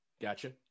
Gotcha